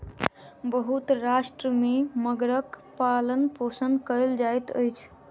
बहुत राष्ट्र में मगरक पालनपोषण कयल जाइत अछि